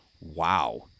wow